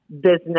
business